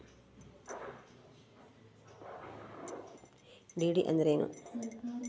DD ಅಂದ್ರೇನು?